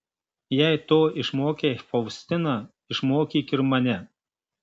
jei to išmokei faustiną išmokyk ir mane